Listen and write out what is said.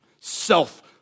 Self